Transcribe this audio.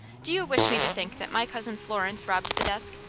do you wish me to think that my cousin florence robbed the desk?